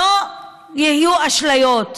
שלא יהיו אשליות,